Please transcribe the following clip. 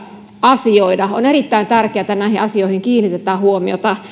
asioida on erittäin tärkeää että näihin asioihin kiinnitetään huomiota